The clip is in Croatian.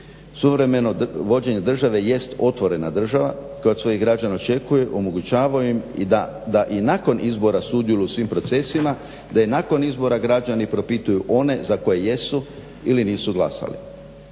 Suvremeno vođenje države jest otvorena država koja od svojih građana očekuje, omogućava im da i nakon izbora sudjeluju u svim procesima, da i nakon izbora građani propituju one za koje jesu ili nisu glasali.